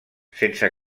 sense